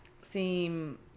seem